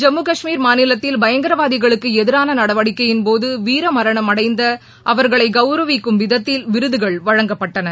ஜம்மு காஷ்மீர் மாநிலத்தில் பயங்கரவாதிகளுக்கு எதிரான நடவடிக்கையின் போது வீரமரணம் அடைந்த அவர்களை கவுரவிக்கும் விதத்தில் விருதுகள் வழங்கப்பட்டன